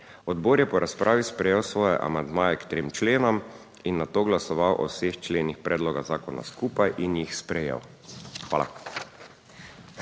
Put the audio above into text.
Odbor je po razpravi sprejel svoje amandmaje k 3 členom in nato glasoval o vseh členih predloga zakona skupaj in jih sprejel. Hvala.